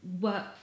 work